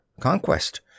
conquest